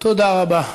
תודה רבה.